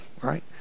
right